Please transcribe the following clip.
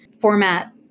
format